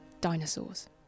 Dinosaurs